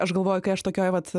aš galvoju kai aš tokioj vat